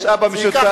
יש אבא משותף,